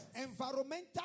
environmental